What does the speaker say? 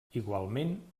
igualment